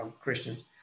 Christians